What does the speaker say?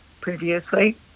previously